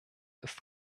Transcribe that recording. ist